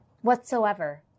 whatsoever